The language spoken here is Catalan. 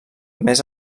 més